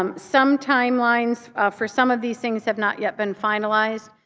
um some timelines for some of these things have not yet been finalized.